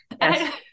Yes